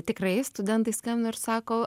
tikrai studentai skambina ir sako